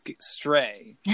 stray